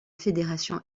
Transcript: fédération